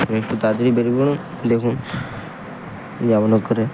আপনি একটু তাড়াতাড়ি বেরিয়ে পড়ুন দেখুন যেমন হোক করে